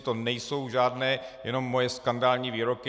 To nejsou žádné jenom moje skandální výroky.